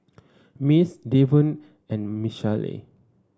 Mace Davon and Michaele